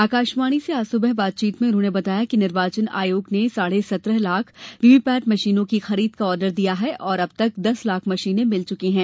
आकाशवाणी से आज सुबह बातचीत में उन्होंने बताया कि निर्वाचन आयोग ने साढ़े सत्रह लाख वीवीपैट मशीनों की खरीद का ऑर्डर दिया है और अबतक दस लाख मशीनें मिल चुकी हैं